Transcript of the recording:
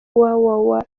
www